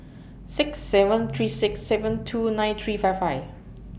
six seven three six seven two nine three five five